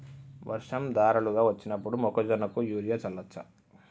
వర్షం ధారలుగా వచ్చినప్పుడు మొక్కజొన్న కు యూరియా చల్లచ్చా?